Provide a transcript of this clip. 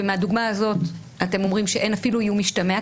ומהדוגמה הזאת אתם אומרים שאין אפילו איום משתמע,